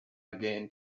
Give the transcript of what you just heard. again